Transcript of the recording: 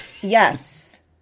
Yes